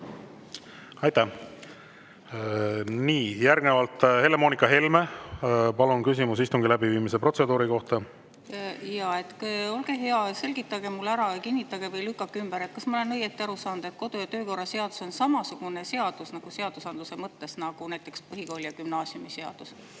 kohta! Nii. Järgnevalt Helle-Moonika Helme, palun, küsimus istungi läbiviimise protseduuri kohta! Jaa! Olge hea, selgitage mulle ära ja kinnitage või lükake ümber, kas ma olen õigesti aru saanud, et kodu‑ ja töökorra seadus on samasugune seadus seadusandluse mõttes nagu näiteks põhikooli‑ ja gümnaasiumiseadus.